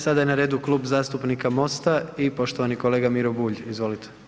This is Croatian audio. Sada je na redu Kluba zastupnika Mosta i poštovani kolega Miro Bulj, izvolite.